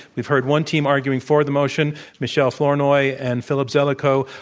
we've heard one team arguing for the motion, michele flournoy and philip zelikow,